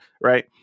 right